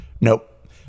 Nope